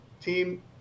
Team